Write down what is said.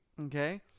Okay